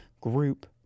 group